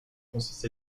consiste